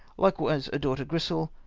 likewise a daughter grrisel,